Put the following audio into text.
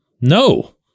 no